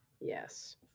Yes